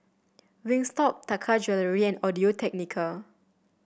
Wingstop Taka Jewelry and Audio Technica